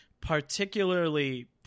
particularly